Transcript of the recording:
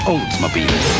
Oldsmobile